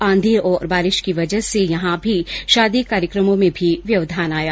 आंधी और बारिश की वजह से यहां भी शादी कार्यक्रमों में भी व्यवधान आया